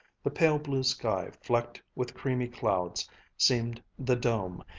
the pale-blue sky flecked with creamy clouds seemed the dome,